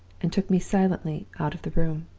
and took me silently out of the room.